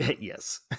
Yes